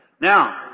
Now